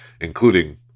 including